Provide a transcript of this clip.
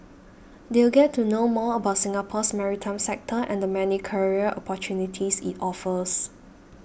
they'll get to know more about Singapore's maritime sector and many career opportunities it offers